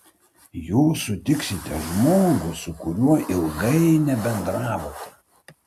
jūs sutiksite žmogų su kuriuo ilgai nebendravote